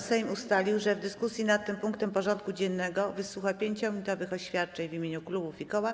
Sejm ustalił, że w dyskusji nad tym punktem porządku dziennego wysłucha 5-minutowych oświadczeń w imieniu klubów i koła.